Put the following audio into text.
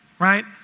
right